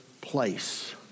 place